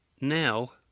Now